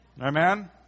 Amen